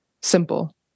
simple